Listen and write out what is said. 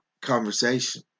conversation